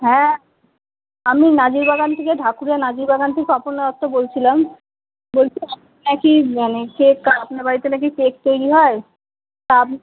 হ্যাঁ আমি নাজির বাগান থেকে ঢাকুরিয়া নাজির বাগান থেকে অপর্ণা দত্ত বলছিলাম বলছিলাম বলছি আপনার কি মানে কেক আপনার বাড়িতে নাকি কেক তৈরি হয় তা আপনি